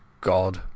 God